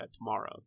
tomorrow